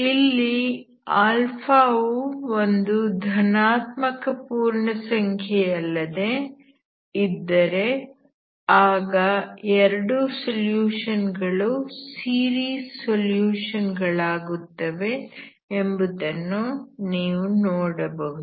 ಇಲ್ಲಿ α ವು ಒಂದು ಧನಾತ್ಮಕ ಪೂರ್ಣಸಂಖ್ಯೆಯಲ್ಲದೆ ಇದ್ದರೆ ಆಗ ಎರಡೂ ಸೊಲ್ಯೂಷನ್ ಗಳು ಸೀರೀಸ್ ಸೊಲ್ಯೂಷನ್ ಗಳಾಗುತ್ತವೆ ಎಂಬುದನ್ನು ನೀವು ನೋಡಬಹುದು